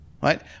right